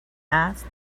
asked